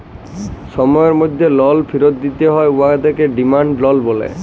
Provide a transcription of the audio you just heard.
সময়ের মধ্যে লল ফিরত দিতে হ্যয় উয়াকে ডিমাল্ড লল ব্যলে